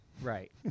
Right